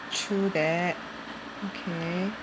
true that okay